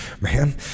man